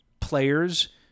players